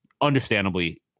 understandably